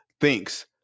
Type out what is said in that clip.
thinks